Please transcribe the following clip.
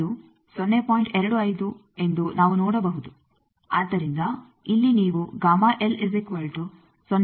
ಆದ್ದರಿಂದ ಇಲ್ಲಿ ನೀವು ಎಂದು ನೋಡುತ್ತೀರಿ